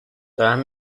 دارم